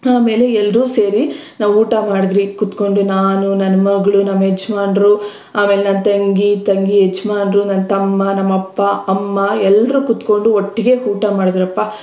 ಆಮೇಲೆ ಎಲ್ಲರೂ ಸೇರಿ ನಾವು ಊಟ ಮಾಡಿದ್ರಿ ಕುತ್ಕೊಂಡು ನಾನು ನನ್ನ ಮಗಳು ನಮ್ಮ ಯಜಮಾನ್ರು ಆಮೇಲೆ ನನ್ನ ತಂಗಿ ತಂಗಿ ಯಜಮಾನ್ರು ನನ್ನ ತಮ್ಮ ನಮ್ಮ ಅಪ್ಪ ಅಮ್ಮ ಎಲ್ಲರೂ ಕುತ್ಕೊಂಡು ಒಟ್ಟಿಗೆ ಊಟ ಮಾಡಿದ್ರಪ್ಪ